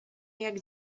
jak